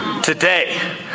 today